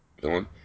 villain